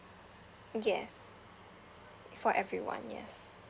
yes for everyone yes